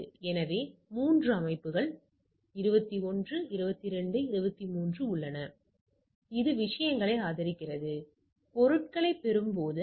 எனவே எனக்கு 10 தரவு புள்ளிகள் உள்ளன நான் 10 கூட்டல்களைச் செய்கிறேன்